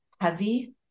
heavy